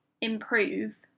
improve